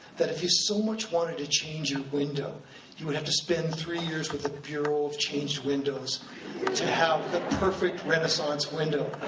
that if you so much wanted to change your window you would have to spend three years with the bureau of changed windows to have the perfect renaissance window.